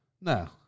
No